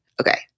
Okay